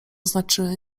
znaczy